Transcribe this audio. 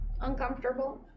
Uncomfortable